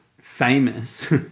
famous